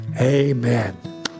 amen